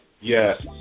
Yes